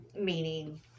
Meaning